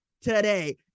today